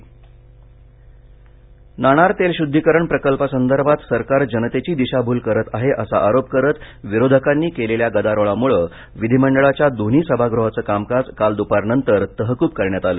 विधीमंडळ नाणार तेल शुद्धीकरण प्रकल्पासंदर्भात सरकार जनतेची दिशाभूल करत आहे असा आरोप करत विरोधकांनी केलेल्या गदारोळामुळे विधिमंडळाच्या दोन्ही सभागृहांचं कामकाज काल दुपारनंतर तहकुब करण्यात आलं